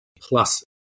plus